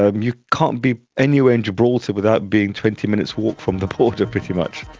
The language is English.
um you can't be anywhere in gibraltar without being twenty minutes' walk from the border pretty much,